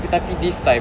tapi this time